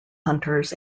hunters